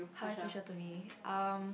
how he special to me um